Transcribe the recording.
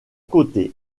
côté